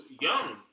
young